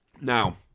Now